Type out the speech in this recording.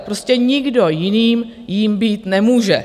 Prostě nikdo jiný jím být nemůže.